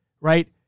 right